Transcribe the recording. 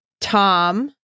Tom